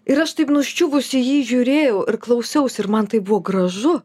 ir aš taip nuščiuvusi jį žiūrėjau ir klausiausi ir man tai buvo gražu